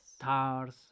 Stars